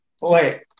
Wait